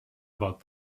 about